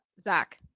Zach